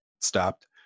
stopped